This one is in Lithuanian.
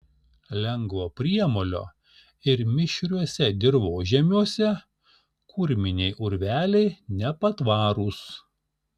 lengvo priemolio ir mišriuose dirvožemiuose kurminiai urveliai nepatvarūs